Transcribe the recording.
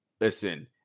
Listen